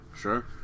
sure